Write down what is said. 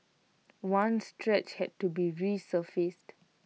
one stretch had to be resurfaced